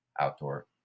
outdoor